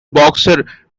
boxer